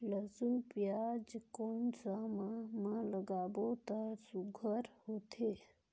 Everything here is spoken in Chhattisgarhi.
लसुन पियाज कोन सा माह म लागाबो त सुघ्घर होथे?